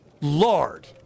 Lord